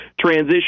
transition